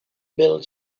build